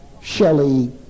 Shelley